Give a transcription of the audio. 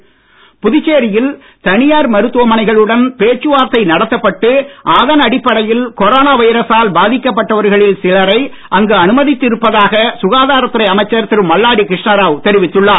மல்லாடி புதுச்சேரியில் தனியார் மருத்துவமனைகளுடன் பேச்சுவார்த்தை நடத்தப்பட்டு அதன் அடிப்படையில் கொரோனா வைரசால் பாதிக்கப்பட்டவர்களில் சிலரை அங்கு அனுமதித்து இருப்பதாக சுகாதார அமைச்சர் திரு மல்லாடி கிருஷ்ணராவ் தெரிவித்துள்ளார்